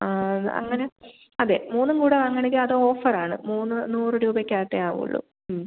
ആ അങ്ങനെ അതെ മൂന്നും കൂടെ വാങ്ങാണെങ്കിൽ അത് ഓഫറാണ് മൂന്ന് നൂറ് രൂപയ്ക്കകത്തെ ആവുവ്ള്ളു